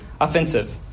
offensive